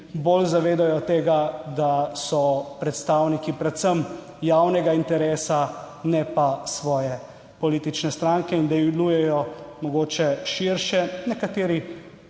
bolj zavedajo tega, da so predstavniki predvsem javnega interesa, ne pa svoje politične stranke, in da delujejo mogoče širše. Pri nekaterih